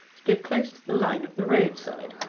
stood close to the line of the roadside,